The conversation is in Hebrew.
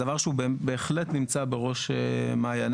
זה דבר שהוא בהחלט נמצא בראש מעיינינו,